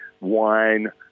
wine